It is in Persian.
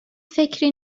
فکری